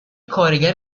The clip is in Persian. کارگر